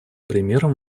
примером